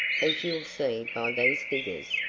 as you'll see by these figures,